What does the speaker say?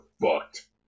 fucked